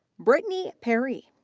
brittany perry.